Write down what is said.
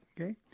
okay